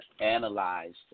analyzed